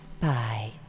Bye